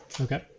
Okay